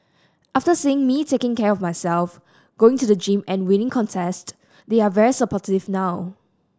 after seeing me taking care of myself going to the gym and winning contest they're very supportive now